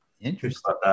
Interesting